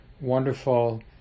Wonderful